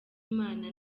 imana